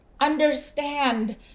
understand